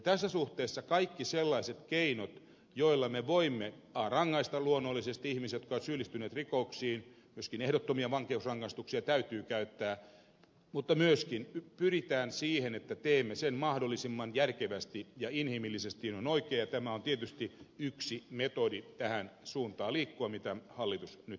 tässä suhteessa kaikki sellaiset keinot joilla me voimme rangaista luonnollisesti ihmisiä jotka ovat syyllistyneet rikoksiin täytyy käyttää myöskin ehdottomia vankeusrangaistuksia mutta myöskin pyritään siihen että teemme sen mahdollisimman järkevästi ja inhimillisesti oikein ja tämä on tietysti yksi metodi tähän suuntaan liikkua mitä hallitus nyt tässä esittää